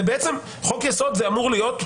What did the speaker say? בעצם חוק-יסוד אמור להיות,